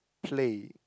play